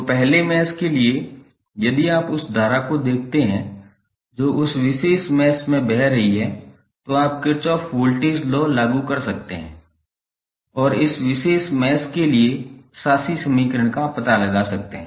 तो पहले मैश के लिए यदि आप उस धारा को देखते हैं जो इस विशेष मैश में बह रही है तो आप किरचॉफ वोल्टेज लॉ लागू कर सकते हैं और इस विशेष मैश के शासी समीकरण का पता लगा सकते हैं